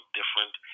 different